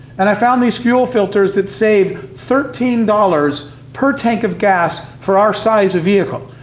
and i found these fuel filters that save thirteen dollars per tank of gas for our size of vehicle.